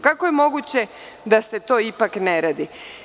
Kako je moguće da se to ipak ne radi?